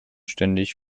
ständig